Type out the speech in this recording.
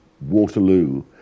waterloo